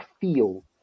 feel